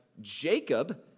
Jacob